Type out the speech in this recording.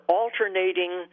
alternating